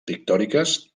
pictòriques